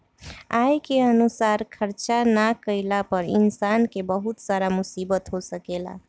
आय के अनुसार खर्चा ना कईला पर इंसान के बहुत सारा मुसीबत हो सकेला